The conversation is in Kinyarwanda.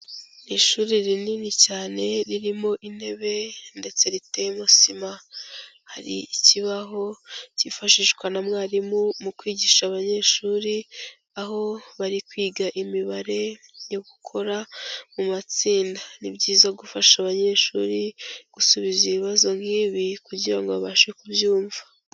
Ishuri rinini cyane ririmo intebe, ndetse riteyeme sima. Hari ikibaho cyifashishwa na mwarimu mu kwigisha abanyeshuri, aho bari kwiga imibare yo gukora mu matsinda. Ni byiza gufasha abanyeshuri gusubiza ibibazo nk'ibi, kugira ngo babashe kubyumva.